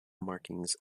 markings